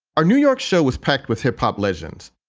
our new york show was packed with hip hop legends,